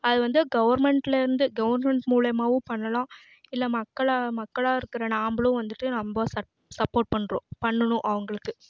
அது வந்து கவர்மெண்ட்லேருந்து கவர்மெண்ட் மூலயமாவும் பண்ணலாம் இல்லை மக்களாக மக்களாக இருக்கிற நாம்பளும் வந்து நம்ப சரி சப்போட் பண்ணுறோம் பண்ணணும் அவங்களுக்கு